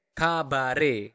kabare